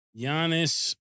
Giannis